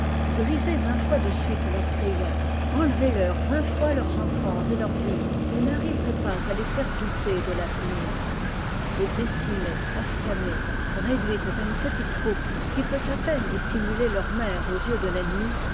brisez vingt fois dé suite leurs rayons enlevez leur vingt fois leurs enfants et leurs vivres vous n'arriverez pas à les faire douter de l'avenir et décimées affamées réduites à une petite troupe qui peut à peine dissimuler leur mère aux yeux de l'ennemi